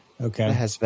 okay